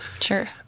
Sure